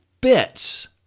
bits